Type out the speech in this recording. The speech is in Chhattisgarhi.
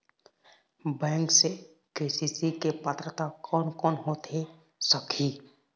बैंक से के.सी.सी के पात्रता कोन कौन होथे सकही?